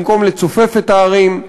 במקום לצופף את הערים.